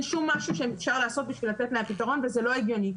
אין משהו שאפשר לעשות כדי לתת להם פתרון וזה לא הגיוני.